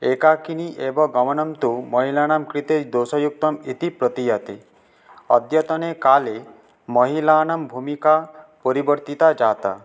एकाकिनी एव गमनं तु महिलानां कृते दोषयुक्तम् इति प्रतीयते अद्यतने काले महिलानां भूमिका परिवर्तिता जाता